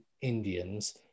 indians